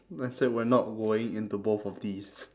let's say we're not going into both of these